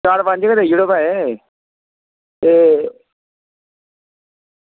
चार पंज गै देई ओड़ो भाएं ते